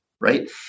right